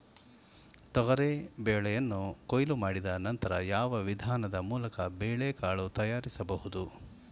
ತೊಗರಿ ಬೇಳೆಯನ್ನು ಕೊಯ್ಲು ಮಾಡಿದ ನಂತರ ಯಾವ ವಿಧಾನದ ಮೂಲಕ ಬೇಳೆಕಾಳು ತಯಾರಿಸಬಹುದು?